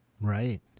Right